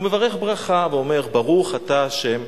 הוא מברך ברכה ואומר: ברוך אתה ה'